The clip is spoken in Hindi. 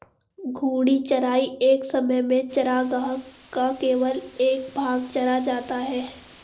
घूर्णी चराई एक समय में चरागाह का केवल एक भाग चरा जाता है